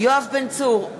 יואב בן צור,